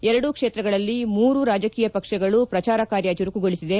ಎರಡೂ ಕ್ಷೇತ್ರಗಳಲ್ಲಿ ಮೂರೂ ರಾಜಕೀಯ ಪಕ್ಷಗಳು ಪ್ರಚಾರ ಕಾರ್ಯ ಚುರುಕುಗೊಳಿಸಿದೆ